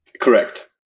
Correct